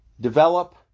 Develop